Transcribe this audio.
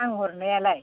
आं हरनायालाय